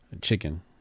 chicken